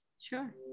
Sure